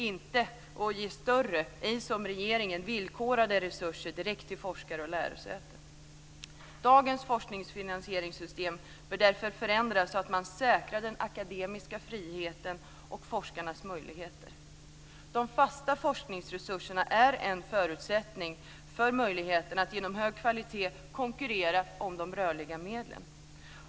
Vi vill ge större resurser direkt till forskare och lärosäten, men de ska inte, som regeringen vill, vara villkorade. Dagens forskningsfinansieringssystem bör därför förändras, så att man säkrar den akademiska friheten och forskarnas möjligheter. De fasta forskningsresurserna är en förutsättning för att man genom att eftersträva hög kvalitet ska kunna konkurrerar om de rörliga medlen.